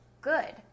good